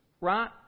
right